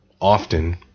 often